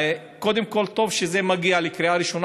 קודם כול טוב שזה מגיע לקריאה ראשונה,